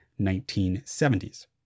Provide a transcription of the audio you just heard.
1970s